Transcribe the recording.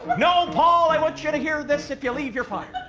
no paul! i want you to hear this, if you leave you're fired.